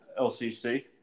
LCC